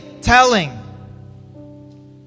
telling